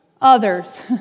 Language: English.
others